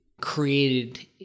created